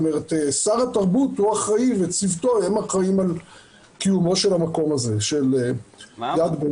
שר התרבות וצוותו אחראים על קיומו של המקום הזה של יד בן-צבי.